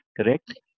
correct